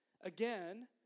Again